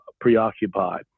preoccupied